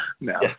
No